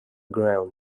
ground